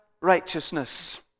righteousness